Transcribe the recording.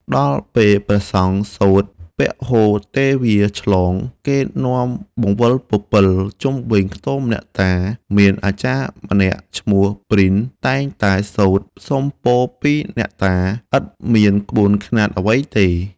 ដល់ពេលព្រះសង្ឃសូត្រពហូទេវាឆ្លង គេនាំបង្វិលពពិលជុំវិញខ្ទមអ្នកតា មានអាចារ្យម្នាក់ឈ្មោះព្រិន តែងតែសូត្រសុំពរពីអ្នកតា ឥតមានក្បួនខ្នាតអ្វីទេ